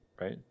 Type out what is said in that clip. right